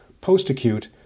post-acute